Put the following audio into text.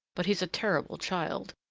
but he's a terrible child,